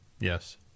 yes